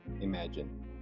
imagine